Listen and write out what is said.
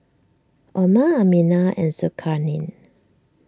Omar Aminah and Zulkarnain